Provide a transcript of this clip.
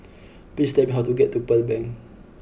please tell me how to get to Pearl Bank